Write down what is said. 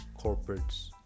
corporates